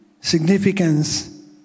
significance